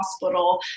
hospital